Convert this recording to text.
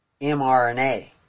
mRNA